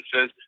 says